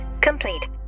complete